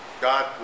God